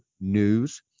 news